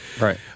Right